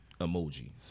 emoji